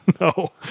No